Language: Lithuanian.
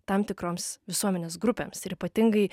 tam tikroms visuomenės grupėms ir ypatingai